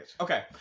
Okay